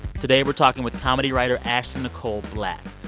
today, we're talking with comedy writer ashley nicole black.